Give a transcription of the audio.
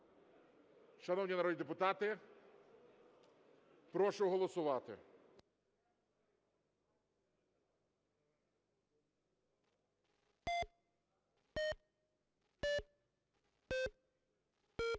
Шановні народні депутати, прошу голосувати.